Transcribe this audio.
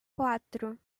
quatro